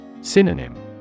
Synonym